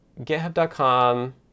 GitHub.com